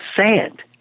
sand